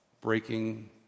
breaking